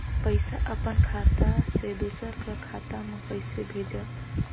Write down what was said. पइसा अपन खाता से दूसर कर खाता म कइसे भेजब?